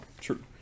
true